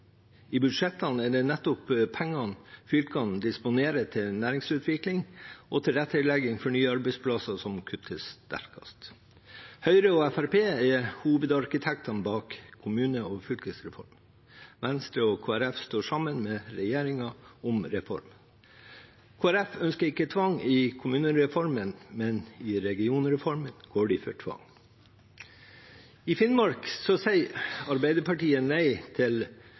I budsjettene er det nettopp pengene fylkene disponerer til næringsutvikling og tilrettelegging for nye arbeidsplasser, som kuttes sterkest. Høyre og Fremskrittspartiet er hovedarkitektene bak kommune- og fylkesreformen. Venstre og Kristelig Folkeparti står sammen med regjeringen om reformen. Kristelig Folkeparti ønsker ikke tvang i kommunereformen, men i regionreformen går de for tvang. I Finnmark sier Arbeiderpartiet nei til